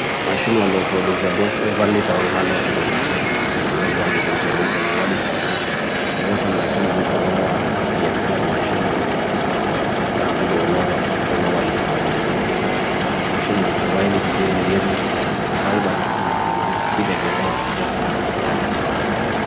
Mashinwa lotu olimse buh lovali ta wanha lotu olimse, touja mo olimse, limse mo wadi salte, oosa machinman oloa, liya manar machinman, oosa sabulu oloa, se loa limse wadi de doti man. Mashinman to waili ti hirli hirli, hai bali limse man, sika jamari doti asera, sika lapli basera.